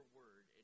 word